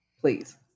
please